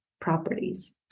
properties